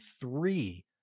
three